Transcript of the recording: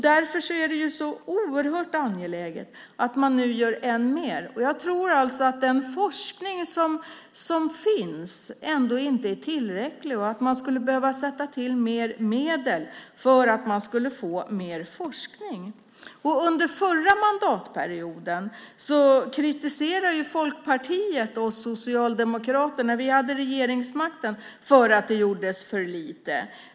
Därför är det så oerhört angeläget att man nu gör än mer. Jag tror alltså att den forskning som finns inte är tillräcklig och att man skulle behöva sätta till mer medel för att få mer forskning. Under förra mandatperioden kritiserade Folkpartiet oss socialdemokrater när vi hade regeringsmakten för att det gjordes för lite.